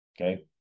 Okay